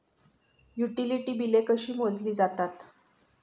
Utility बिले कशी मोजली जातात?